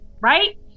right